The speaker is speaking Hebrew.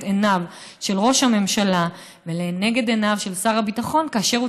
עיניו של ראש הממשלה ולנגד עיניו של שר הביטחון כאשר הוא